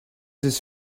this